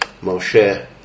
moshe